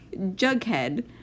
Jughead